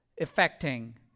affecting